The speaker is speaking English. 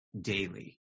daily